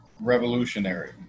revolutionary